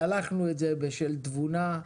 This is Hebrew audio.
צלחנו את זה בשל תבונה,